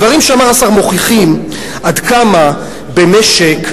הדברים שאמר השר מוכיחים עד כמה במשק,